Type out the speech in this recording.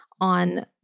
on